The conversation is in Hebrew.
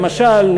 למשל,